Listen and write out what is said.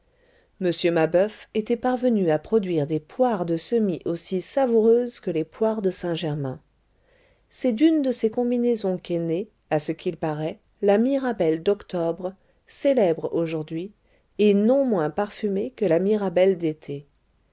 m mabeuf était parvenu à produire des poires de semis aussi savoureuses que les poires de saint-germain c'est d'une de ses combinaisons qu'est née à ce qu'il paraît la mirabelle d'octobre célèbre aujourd'hui et non moins parfumée que la mirabelle d'été